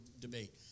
debate